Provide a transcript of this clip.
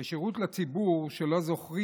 כשירות לציבור שלא זוכה